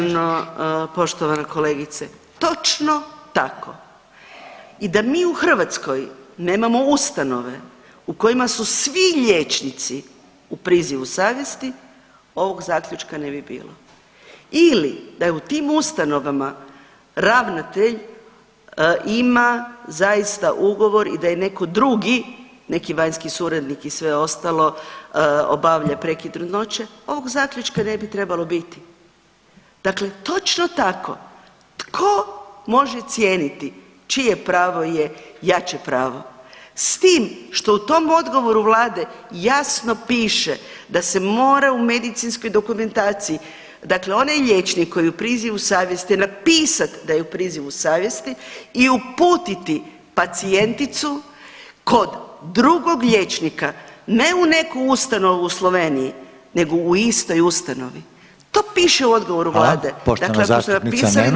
Savršeno poštovana kolegice, točno tako i da mi u Hrvatskoj nemamo ustanove u kojima su svi liječnici u prizivu savjesti ovog zaključka ne bi bilo ili da u tim ustanovama ravnatelj ima zaista ugovor i da je neko drugi, neki vanjski suradnik i sve ostalo obavlja prekid trudnoće ovog zaključka ne bi trebalo biti, dakle točno tako tko može cijeniti čije pravo je jače pravo s tim što u tom odgovoru vlade jasno piše da se mora u medicinskoj dokumentaciji, dakle onaj liječnik koji je u prizivu savjesti napisat da je u prizivu savjesti i uputiti pacijenticu kod drugog liječnika, ne u neku ustanovu u Sloveniji nego u istoj ustanovi, to piše u odgovoru vlade, dakle ako su napisali nek provode.